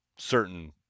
Certain